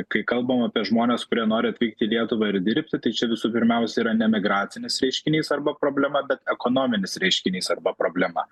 kai kalbam apie žmones kurie nori atvykti į lietuvą ir dirbti tai čia visų pirmiausia yra ne migracinis reiškinys arba problema bet ekonominis reiškinys arba problema